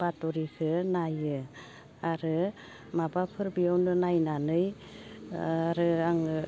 बाथ'रिखो नायो आरो माबाफोर बियावनो नायनानै आरो आङो